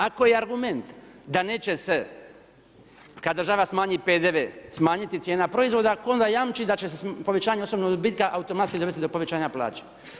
Ako je argument da neće se kada država smanji PDV, smanjiti cijena proizvoda, onda jamči, da će se povećanjem osobnog dobitka, automatski dovesti do povećanja plaće.